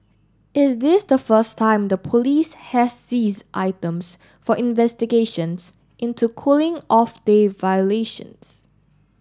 is this the first time the police has seize items for investigations into cooling off day violations